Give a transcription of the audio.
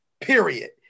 period